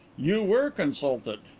you were consulted.